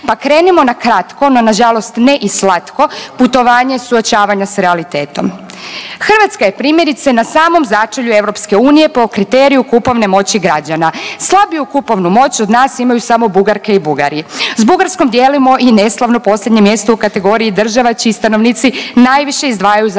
Pa krenimo na kratko, no na žalost ne i slatko putovanje suočavanja sa realitetom. Hrvatska je primjerice na samom začelju EU po kriteriju kupovne moći građana. Slabiju kupovnu moć od nas imaju samo Bugarke i Bugari. S Bugarskom dijelimo i neslavno posljednje mjesto u kategoriji država čiji stanovnici najviše izdvajaju za hranu,